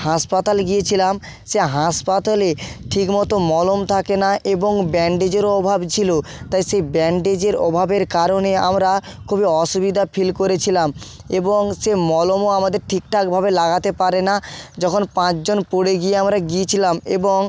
হাসপাতাল গিয়েছিলাম সে হাসপাতালে ঠিকমতো মলম থাকে না এবং ব্যাণ্ডেজেরও অভাব ছিল তাই সেই ব্যাণ্ডেজের অভাবের কারণে আমরা খুবই অসুবিধা ফিল করেছিলাম এবং সে মলমও আমাদের ঠিকঠাকভাবে লাগাতে পারে না যখন পাঁচজন পড়ে গিয়ে আমরা গিয়েছিলাম এবং